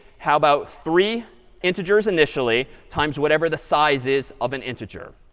how about, three integers initially times whatever the size is of an integer.